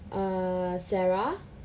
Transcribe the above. err sarah